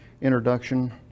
introduction